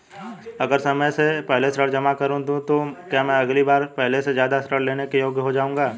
अगर मैं समय से पहले ऋण जमा कर दूं तो क्या मैं अगली बार पहले से ज़्यादा ऋण लेने के योग्य हो जाऊँगा?